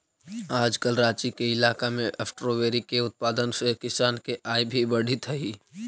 आजकल राँची के इलाका में स्ट्राबेरी के उत्पादन से किसान के आय भी बढ़ित हइ